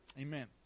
Amen